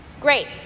Great